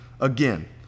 again